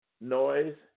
noise